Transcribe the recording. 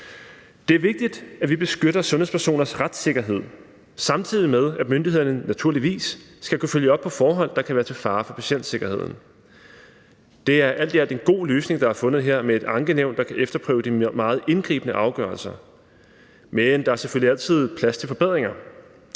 Det er vigtigt, at vi beskytter sundhedspersoners retssikkerhed, samtidig med at myndighederne naturligvis skal kunne følge op på forhold, der kan være til fare for patientsikkerheden. Det er alt i alt en god løsning, der er fundet her, med et ankenævn, der kan efterprøve de meget indgribende afgørelser. Men der er selvfølgelig altid plads til forbedringer